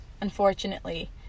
unfortunately